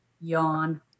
yawn